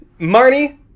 Marnie